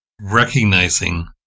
recognizing